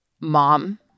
Mom